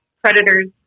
predators